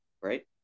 right